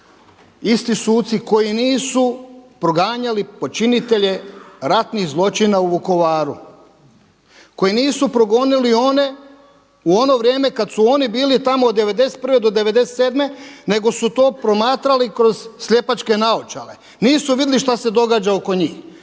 isti suci koji nisu proganjali počinitelje ratnih zločina u Vukovaru, koji nisu progonili one u ono vrijeme kada su oni bili tamo od 091. do '97. nego su to promatrali kroz sljepačke naočale, nisu vidjeli šta se događa oko njih,